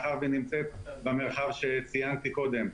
מאחר שהיא נמצאת במרחב שציינתי קודם.